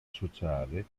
sociale